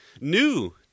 new